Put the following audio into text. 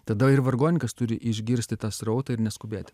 tada ir vargonininkas turi išgirsti tą srautą ir neskubėti